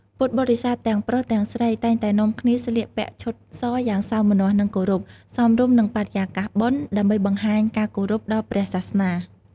ពុទ្ធបរិស័ទទាំងប្រុសទាំងស្រី តែងតែនាំគ្នាស្លៀកពាក់ឈុតសយ៉ាងសោមនស្ស និងគោរព សមរម្យនឹងបរិយាកាសបុណ្យ ដើម្បីបង្ហាញការគោរពដល់ព្រះសាសនា។